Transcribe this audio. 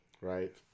right